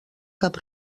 cap